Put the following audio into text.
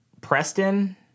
Preston